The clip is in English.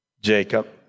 Jacob